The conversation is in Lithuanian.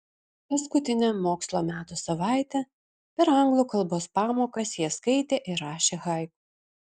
paskutinę mokslo metų savaitę per anglų kalbos pamokas jie skaitė ir rašė haiku